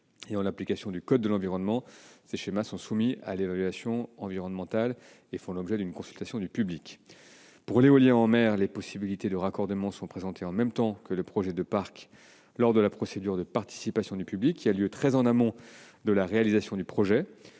En application du code de l'environnement, ces schémas sont soumis à évaluation environnementale et font l'objet d'une consultation du public. Pour l'éolien en mer, les possibilités de raccordement sont présentées en même temps que le projet de parc lors de la procédure de participation du public, qui a lieu très en amont de la réalisation du projet.